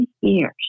years